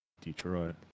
Detroit